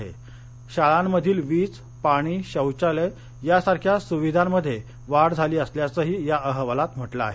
तसंच शाळांमधील वीज पाणी शौचालय यासारख्या सुविधांत वाढ झाली असल्याचही अहवालात म्हटलं आहे